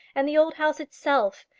and the old house itself,